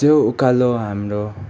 त्यो उकालो हाम्रो